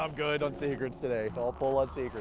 um good on secrets today. but all full on secrets.